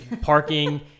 parking